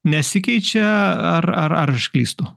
nesikeičia ar ar ar aš klystu